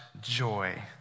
joy